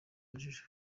urujijo